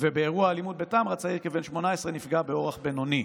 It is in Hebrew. ובאירוע אלימות בטמרה צעיר כבן 18 נפגע באורח בינוני.